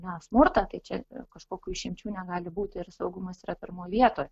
na smurtą tai čia kažkokių išimčių negali būti ir saugumas yra pirmoj vietoj